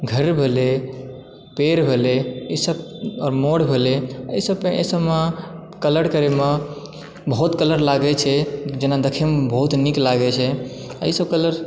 घर भेलय पेड़ भेलय ईसभ आओर मोर भेलय एहिसभमे एहिसभमे कलर करयमे बहुत कलर लागैत छै जेना देखयमे बहुत नीक लागैत ॰ छै एहिसभ कलर